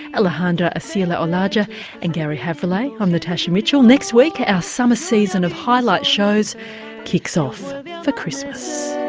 alejandra arcila olaya and garry havrillay. i'm natasha mitchell. next week our summer season of highlight shows kicks off for christmas.